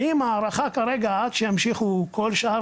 ואם ההערכה כרגע עד שימשיכו כל שאר